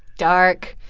dark,